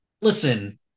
listen